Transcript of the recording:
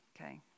Okay